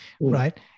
right